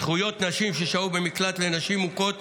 זכויות נשים ששהו במקלט לנשים מוכות,